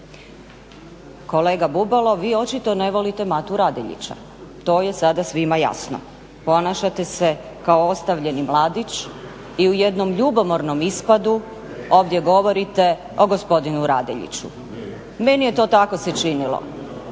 Kolega Bubalo, vi očito ne volite Matu Radeljića, to je sada svima jasno. Ponašate se kao ostavljeni mladić i u jednom ljubomornom ispadu ovdje govorite o gospodinu Radeljiću. Meni je to tako se činilo.